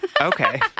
Okay